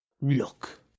Look